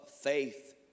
faith